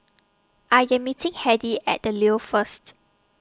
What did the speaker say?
I Am meeting Heidi At The Leo First